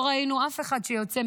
לא ראינו אף אחד שיוצא,